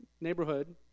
neighborhood